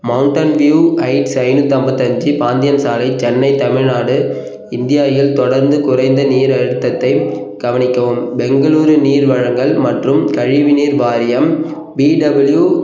mountain view heights ஐந்நூற்றி ஐம்பத்தஞ்சு Pantheon சாலை சென்னை தமிழ்நாடு இந்தியா இல் தொடர்ந்து குறைந்த நீர் அழுத்தத்தை கவனிக்கவும் பெங்களூரில் நீர் வழங்கல் மற்றும் கழிவுநீர் வாரியம் பிடபிள்யூ